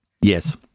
Yes